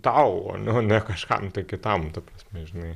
tau o ne o ne kažkam kitam ta prasme žinai